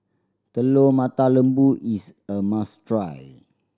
Telur Mata Lembu is a must try